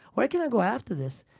where can i go after this?